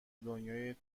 دنیای